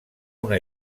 una